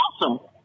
awesome